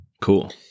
Cool